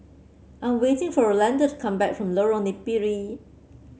I am waiting for Rolanda to come back from Lorong Napiri